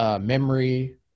memory